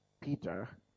Peter